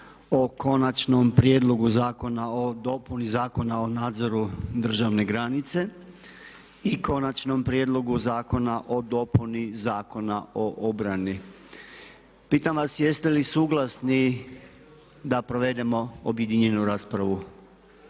o Konačnom prijedlogu zakona o dopuni Zakona o nadzoru državne granice i Konačnom prijedlogu zakona o dopuni Zakona o obrani Pitam vas jeste li suglasni da provedemo objedinjenu raspravu?